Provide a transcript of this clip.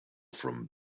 from